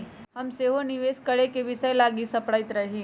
हम सेहो निवेश करेके विषय लागी सपड़इते रही